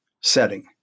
setting